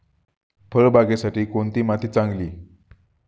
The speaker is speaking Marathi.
फळबागेसाठी कोणती माती चांगली?